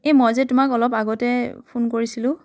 এই মই যে তোমাক অলপ আগতে ফোন কৰিছিলোঁ